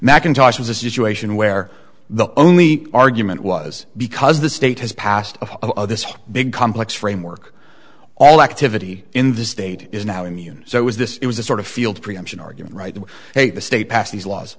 macintosh was a situation where the only argument was because the state has passed this big complex framework all activity in the state is now in use so it was this it was a sort of field preemption argument right to take the state passed these laws